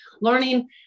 learning